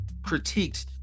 critiqued